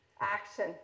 Action